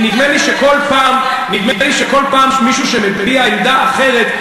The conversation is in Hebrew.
כי נדמה לי שכל פעם שמישהו מביע עמדה אחרת,